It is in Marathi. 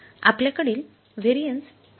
आपल्या कडील व्हेरिएन्स कशी मोजली पाहिजेत